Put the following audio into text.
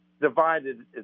divided